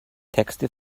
texte